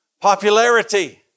popularity